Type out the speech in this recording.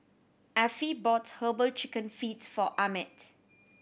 Affie bought Herbal Chicken Feet for Ahmed